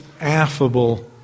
affable